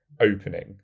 opening